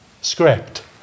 script